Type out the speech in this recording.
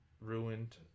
ruined